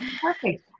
Perfect